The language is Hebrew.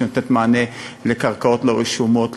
שנותנת מענה לקרקעות לא רשומות,